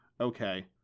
okay